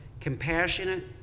compassionate